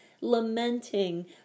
lamenting